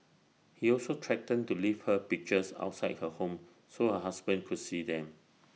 he also threatened to leave her pictures outside her home so her husband could see them